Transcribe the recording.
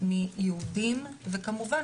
ובוודאי